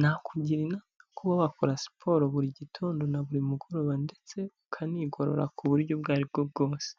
nakugira inama kuba wakora siporo buri gitondo na buri mugoroba ndetse ukanigorora ku buryo ubwo ari bwo bwose.